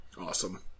Awesome